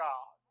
God